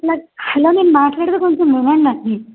ఇ అలా నేను మాట్లాడితే కొంచెం వినండి అసలు